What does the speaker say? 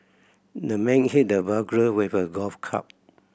the man hit the burglar with a golf club